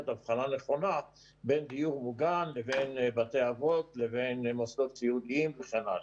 הבחנה נכונה בין דיור מוגן לבין בתי אבות לבין מוסדות סיעודיים וכן הלאה.